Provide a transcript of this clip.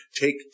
take